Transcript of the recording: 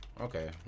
Okay